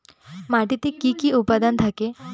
মাটিতে কি কি উপাদান থাকে?